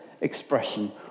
expression